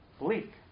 bleak